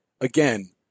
Again